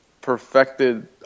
perfected